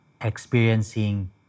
experiencing